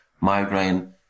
migraine